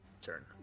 Turn